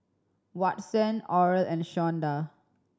Watson Oral and Shawnda